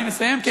אני מסיים, כן.